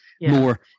more